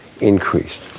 increased